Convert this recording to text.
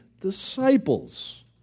disciples